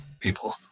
people